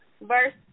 verse